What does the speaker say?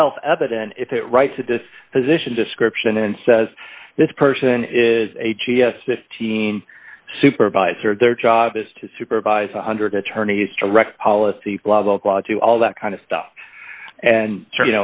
self evident if it right to this position description and says this person is a g s fifteen supervisor their job is to supervise one hundred attorneys direct policy blah blah blah to all that kind of stuff and